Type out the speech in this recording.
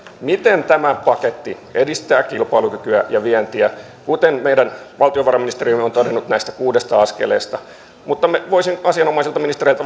miten tämä paketti edistää kilpailukykyä ja vientiä kuten meidän valtiovarainministerimme on todennut näistä kuudesta askeleesta voisin asianomaisilta ministereiltä